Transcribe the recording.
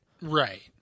Right